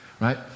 right